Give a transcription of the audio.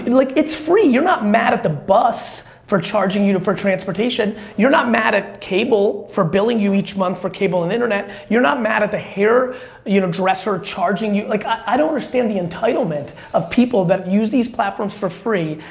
like, it's free. you're not mad at the bus for charging you know for transportation. you're not mad at cable for billing you each month for cable and internet. you're not mad at the hairdresser charging you. like i don't understand the entitlement of people that use these platforms for free,